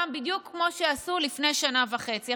בדיוק כמו שעשו לפני שנה וחצי.